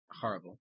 horrible